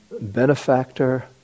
benefactor